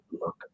look